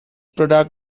product